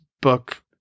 book